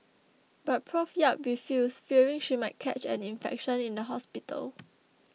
but Prof Yap refused fearing she might catch an infection in the hospital